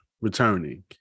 returning